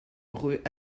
rue